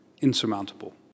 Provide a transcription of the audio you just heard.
insurmountable